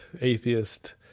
atheist